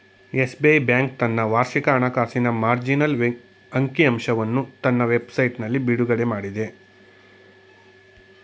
SBI bank ತನ್ನ ವಾರ್ಷಿಕ ಹಣಕಾಸಿನ ಮಾರ್ಜಿನಲ್ ಅಂಕಿ ಅಂಶವನ್ನು ತನ್ನ ವೆಬ್ ಸೈಟ್ನಲ್ಲಿ ಬಿಡುಗಡೆಮಾಡಿದೆ